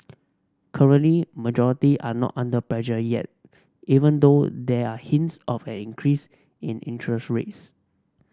currently majority are not under pressure yet even though there are hints of an increase in interest rates